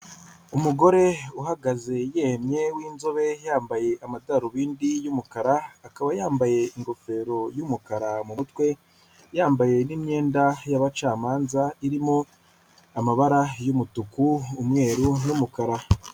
Umugore uhagaze yemye winzobe yambaye amadarubindi y'umukara, akaba yambaye ingofero y'umukara mu mutwe, yambaye n'imyenda y'abacamanza irimo amabara y'umutuku umweru n'umukara.